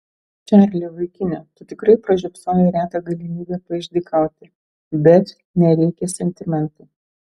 čarli vaikine tu tikrai pražiopsojai retą galimybę paišdykauti bet nereikia sentimentų